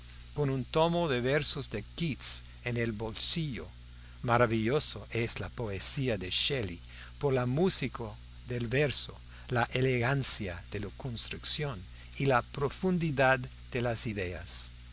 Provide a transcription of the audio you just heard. con un tomo de versos de keats en el bolsillo maravillosa es la poesía de shelley por la música del verso la elegancia de la construcción y la profundidad de las ideas